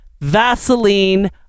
Vaseline